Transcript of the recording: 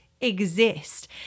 exist